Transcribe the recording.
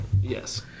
yes